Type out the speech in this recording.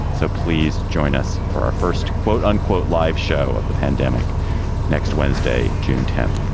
so please join us for our first, quote, unquote, live show of the pandemic next wednesday, june tenth.